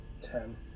Ten